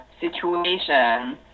situation